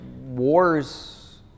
wars